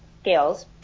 scales